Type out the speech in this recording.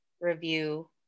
review